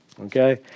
Okay